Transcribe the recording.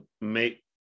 make